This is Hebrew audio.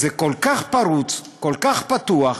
זה כל כך פרוץ, כל כך פתוח,